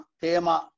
tema